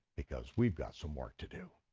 because we've got some work to do.